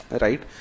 right